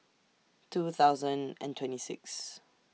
two thousand and twenty six